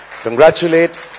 congratulate